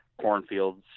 cornfields